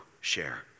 Share